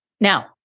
Now